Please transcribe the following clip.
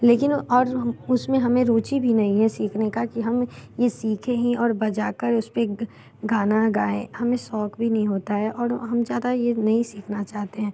लेकिन और उस में हमें रुचि भी नहीं है सीखने की कि हम ये सीखें हैं और बजा कर उस पर गाना गाएं हमें शौक़ भी नहीं होता है और हम ज़्यादा ये नहीं सीखना चाहते हैं